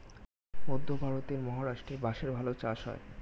মধ্যে ভারতের মহারাষ্ট্রে বাঁশের ভালো চাষ হয়